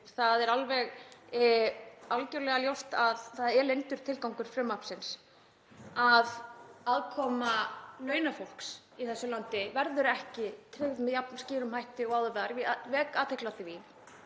Það er algjörlega ljóst að það er leyndur tilgangur frumvarpsins að aðkoma launafólks í þessu landi verði ekki tryggð með jafn skýrum hætti og áður var. Ég vek